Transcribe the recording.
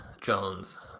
Jones